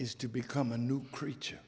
is to become a new creature